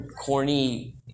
corny